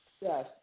Yes